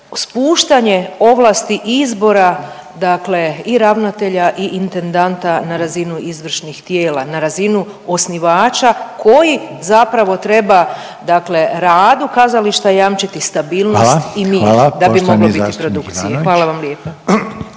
spuštanje ovlasti izbora i ravnatelja i intendanta na razinu izvršnih tijela, na razinu osnivača koji zapravo treba radu kazališta jamčiti stabilnost …/Upadica Reiner: Hvala./… i